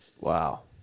Wow